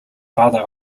father